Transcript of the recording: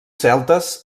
celtes